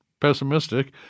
pessimistic